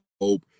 hope